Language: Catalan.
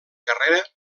carrera